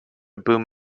boom